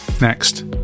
next